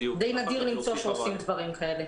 די נדיר למצוא שעושים דברים כאלה.